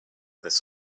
this